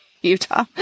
utah